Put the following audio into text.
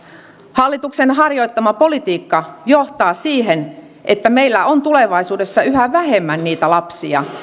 hallituksen harjoittama politiikka johtaa siihen että meillä on tulevaisuudessa yhä vähemmän niitä lapsia